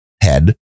head